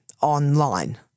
online